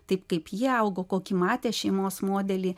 taip kaip jie augo kokį matė šeimos modelį